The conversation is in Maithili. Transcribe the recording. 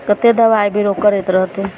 कतेक दबाइ बीरो करैत रहतै